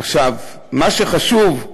עכשיו, מה שחשוב,